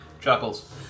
Chuckles